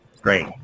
Great